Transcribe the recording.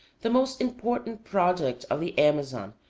the most important product of the amazon,